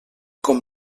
com